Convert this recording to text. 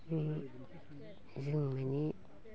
माने जों माने